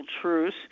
truce